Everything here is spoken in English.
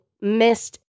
missed